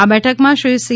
આ બઠકમાં શ્રી સી